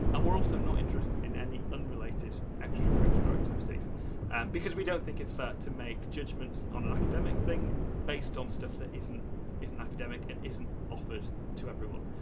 and we're also not interested in any unrelated extracurricular activities and because we don't think it's fair to make judgments on an academic thing based on stuff that isn't isn't academic and isn't offered to everyone.